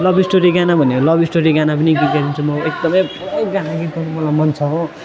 love story गाना भन्यो love story गाना पनि गीत गाइदिन्छु म एकदमै पुरै गाना गीत गाउनु मलाई मन छ हो